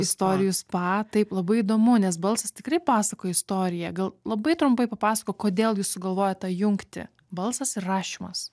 istorijų spa taip labai įdomu nes balsas tikrai pasakoja istoriją gal labai trumpai papasakok kodėl jūs sugalvojot tą jungtį balsas ir rašymas